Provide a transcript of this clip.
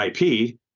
IP